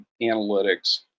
analytics